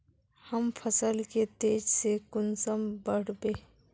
हम फसल के तेज से कुंसम बढ़बे?